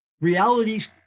realities